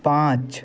पाँच